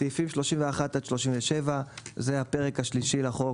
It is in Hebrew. סעיפים 31 עד 37 זה הפרק השלישי לחוק,